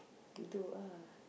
duduk ah